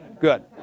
Good